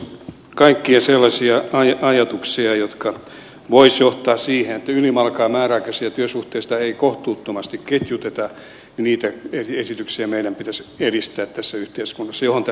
kaikkia sellaisia ajatuksia ja esityksiä jotka voisivat johtaa siihen että ylimalkaan määräaikaisia työsuhteita ei kohtuuttomasti ketjuteta meidän pitäisi edistää tässä yhteiskunnassa mihin tässä viitattiin